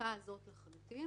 החזקה הזאת לחלוטין,